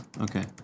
Okay